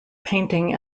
painting